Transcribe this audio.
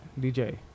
DJ